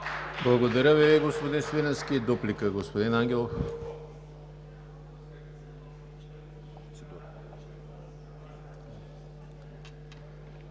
Благодаря Ви, господин Свиленски. Дуплика, господин Ангелов.